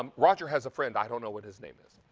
um roger has a friend. i don't know what his name is.